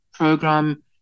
program